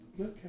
Okay